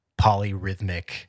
polyrhythmic